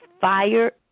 fire